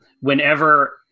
whenever